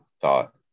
thought